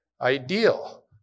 ideal